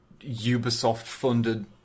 Ubisoft-funded